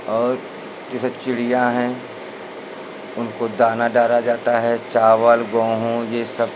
और जैसे चिड़ियाँ हैं उनको दाना डाला जाता है चावल गेहूँ यह सब